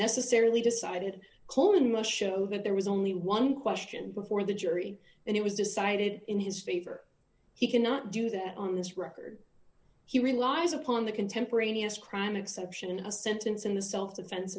necessarily decided coleman must show that there was only one question before the jury and it was decided in his favor he cannot do that on his record he relies upon the contemporaneous crime exception in a sentence in the self defense